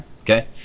okay